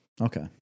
Okay